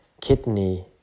kidney